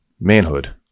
Manhood